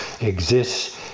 exists